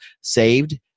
saved